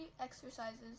exercises